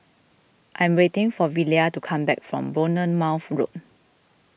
I am waiting for Velia to come back from Bournemouth Road